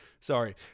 sorry